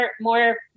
more